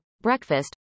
breakfast